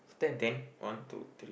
ten one two three